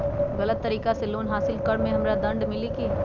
गलत तरीका से लोन हासिल कर्म मे हमरा दंड मिली कि?